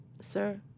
sir